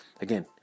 again